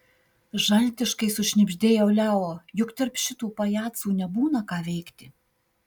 žaltiškai sušnibždėjo leo juk tarp šitų pajacų nebūna ką veikti